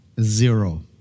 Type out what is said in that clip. zero